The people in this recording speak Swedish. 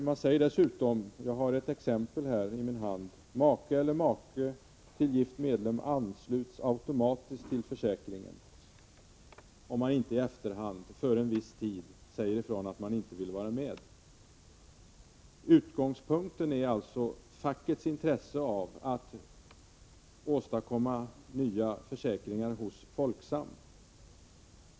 Man säger dessutom — jag har ett exempel här i min hand — att make eller maka till gift medlem ansluts automatiskt till försäkringen, om man inte i efterhand, före en viss tidpunkt, säger ifrån att man inte vill vara med. Utgångspunkten är alltså fackets intresse av att åstadkomma nya försäkringar hos Folksam.